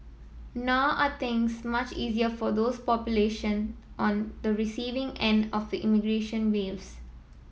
nor are things much easier for those population on the receiving end of the immigration waves